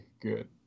good